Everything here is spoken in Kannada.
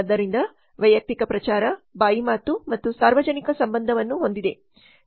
ಆದ್ದರಿಂದ ವೈಯಕ್ತಿಕ ಪ್ರಚಾರ ಬಾಯಿ ಮಾತು ಮತ್ತು ಸಾರ್ವಜನಿಕ ಸಂಬಂಧವನ್ನು ಹೊಂದಿದೆ